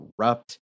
corrupt